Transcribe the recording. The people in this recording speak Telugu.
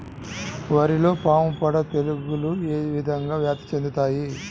వరిలో పాముపొడ తెగులు ఏ విధంగా వ్యాప్తి చెందుతాయి?